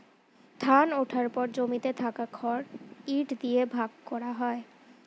ধান ওঠার পর জমিতে থাকা খড় ইট দিয়ে ভাগ করা হয়